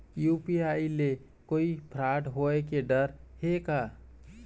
UPI ले कोई fraud होए के डर हे का?